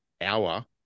hour